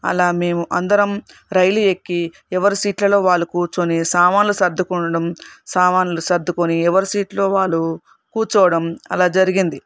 అలా మేము అందరం రైలు ఎక్కి ఎవరు సీట్లలో వాళ్ళు కూర్చుని సామానులు సర్దుకోవడం సామానులు సర్దుకొని ఎవరు సీట్లో వాళ్ళు కూర్చోవడం అలా జరిగింది